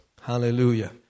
Hallelujah